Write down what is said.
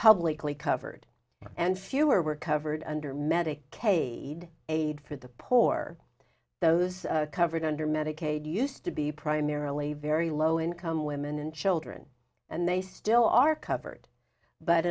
publicly covered and fewer were covered under medicaid aid for the poor those covered under medicaid used to be primarily very low income women and children and they still are covered but